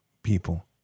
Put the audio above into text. people